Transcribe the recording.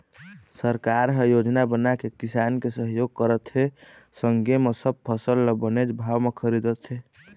सरकार ह योजना बनाके किसान के सहयोग करत हे संगे म सब फसल ल बनेच भाव म खरीदत हे